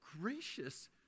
gracious